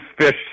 fish